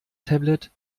tablet